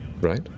right